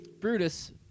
Brutus